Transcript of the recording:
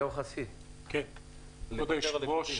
אליהו חסיד, בבקשה.